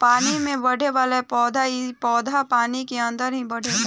पानी में बढ़ेवाला पौधा इ पौधा पानी के अंदर ही बढ़ेला